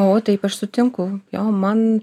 o taip aš sutinku jo man